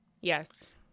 Yes